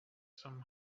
some